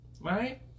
Right